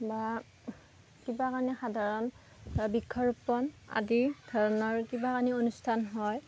বা কিবা কানি সাধাৰণ বৃক্ষৰোপণ আদি ধৰণৰ কিবা কানি অনুষ্ঠান হয়